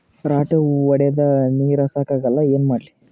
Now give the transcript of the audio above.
ರಾಟಿ ಹೊಡದ ನೀರ ಸಾಕಾಗಲ್ಲ ಏನ ಮಾಡ್ಲಿ?